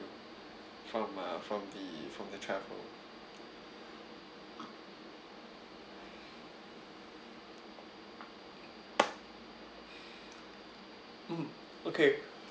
from uh from the from the travel mm okay